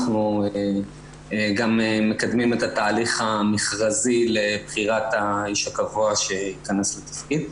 אנחנו גם מקדמים את התהליך המכרזי לבחירת האיש הקבוע שייכנס לתפקיד.